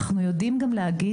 אנחנו יודעים גם להגיד,